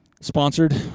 Sponsored